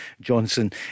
Johnson